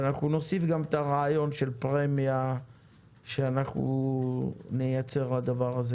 אנחנו גם נוסיף את הרעיון של פרמיה שאנחנו נייצר לזה.